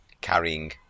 carrying